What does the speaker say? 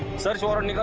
search warrant